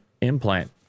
implant